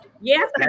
Yes